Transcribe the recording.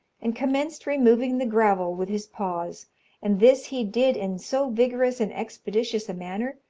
and commenced removing the gravel with his paws and this he did in so vigorous and expeditious a manner,